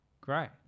Great